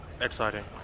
Exciting